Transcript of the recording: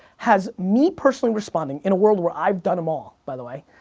has me personally responding, in a world where i've done em all, by the way,